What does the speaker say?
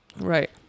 right